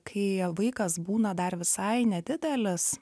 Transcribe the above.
kai vaikas būna dar visai nedidelis